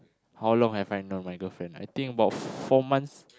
how long have I know my girlfriend I think about four months